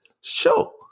show